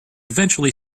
eventually